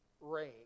rain